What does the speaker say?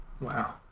Wow